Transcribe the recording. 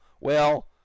Well